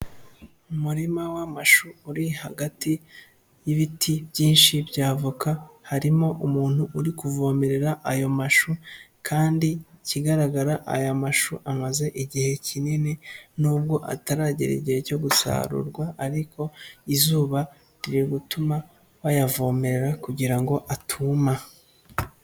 Umurima w'amashu uri hagati y'ibiti byinshi bya voka, harimo umuntu uri kuvomerera ayo mashu kandi ikigaragara aya mashu amaze igihe kinini nubwo ataragera igihe cyo gusarurwa, ariko izuba riri gutuma bayavomerera kugira ngo atuma.